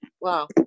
Wow